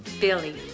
Billy